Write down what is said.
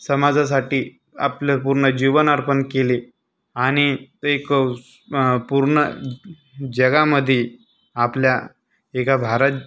समाजासाठी आपलं पूर्ण जीवन अर्पण केले आणि ते एक पूर्ण जगामध्ये आपल्या एका भारत